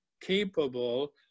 capable